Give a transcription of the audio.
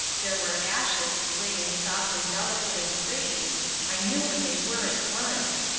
there were ashes, gray and soft and delicate and pretty i knew what they were at once.